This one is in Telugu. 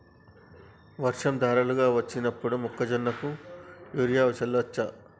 వర్షం ధారలుగా వచ్చినప్పుడు మొక్కజొన్న కు యూరియా చల్లచ్చా?